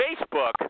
Facebook